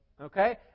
Okay